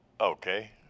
okay